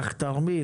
קח תרמיל,